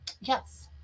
yes